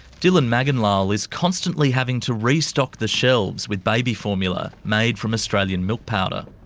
dylan maganlal is constantly having to restock the shelves with baby formula made from australian milk powder.